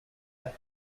have